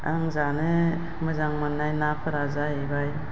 आं जानो मोजां मोननाय नाफोरा जाहैबाय